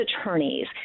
attorney's